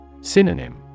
Synonym